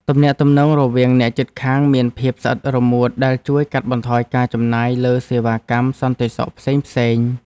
ទំនាក់ទំនងរវាងអ្នកជិតខាងមានភាពស្អិតរមួតដែលជួយកាត់បន្ថយការចំណាយលើសេវាកម្មសន្តិសុខផ្សេងៗ។